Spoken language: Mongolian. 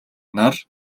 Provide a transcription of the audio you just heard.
нар